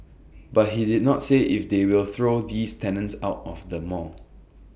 but he did not say if they will throw these tenants out of the mall